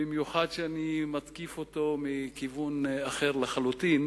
במיוחד שאני מתקיף אותו מכיוון אחר לחלוטין,